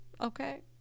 Okay